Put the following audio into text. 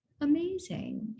amazing